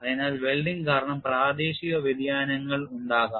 അതിനാൽ വെൽഡിംഗ് കാരണം പ്രാദേശിക വ്യതിയാനങ്ങൾ ഉണ്ടാകാം